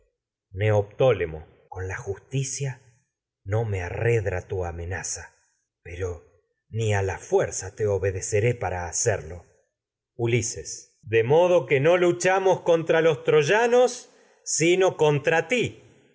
filoctetes neoptólemo amenaza con la justicia no me arredra tu ulises neoptólemo hacerlo pero ni a la fuerza te obedeceré para t ulises de modo que no luchamos contra los troyanos sino contra ti